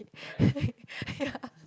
ya